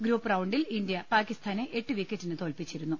group റൌണ്ടിൽ India പാക്കിസ്ഥാനെ എട്ട് വിക്കറ്റിന് തോൽപ്പിച്ചിരുന്നു